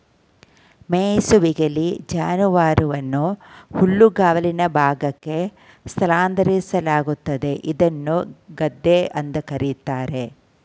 ಮೆಯಿಸುವಿಕೆಲಿ ಜಾನುವಾರುವನ್ನು ಹುಲ್ಲುಗಾವಲಿನ ಭಾಗಕ್ಕೆ ಸ್ಥಳಾಂತರಿಸಲಾಗ್ತದೆ ಇದ್ನ ಗದ್ದೆ ಅಂತ ಕರೀತಾರೆ